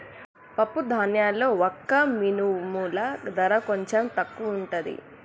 పప్పు ధాన్యాల్లో వక్క మినుముల ధర కొంచెం తక్కువుంటది